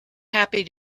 happy